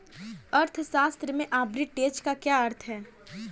अर्थशास्त्र में आर्बिट्रेज का क्या अर्थ है?